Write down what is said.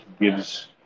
gives